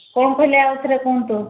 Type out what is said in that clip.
କ'ଣ କହିଲେ ଆଉଥରେ କୁହନ୍ତୁ